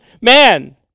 man